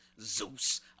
Zeus